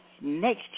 next